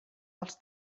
els